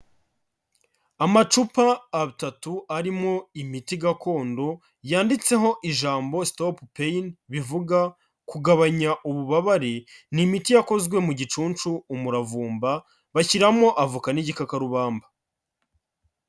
Amacupa atatu arimo imiti gakondo yanditseho ijambo Stop pain bivuga kugabanya ububabare, ni imiti yakozwe mu gicunshu, umuravumba, bashyiramo avoka n'igikakarubamba.